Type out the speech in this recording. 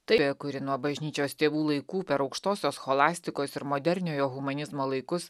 tai kuri nuo bažnyčios tėvų laikų per aukštosios scholastikos ir moderniojo humanizmo laikus